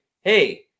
Hey